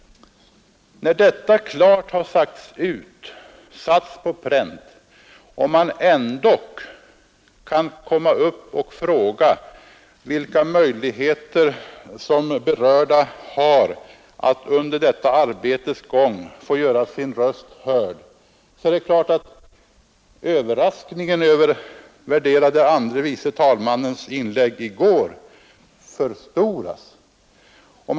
När efter detta fru Nettelbrandt ändå kan fråga vilka möjligheter berörda kommuner har att under detta arbetes gång få göra sin röst hörd är det klart att jag blev överraskad.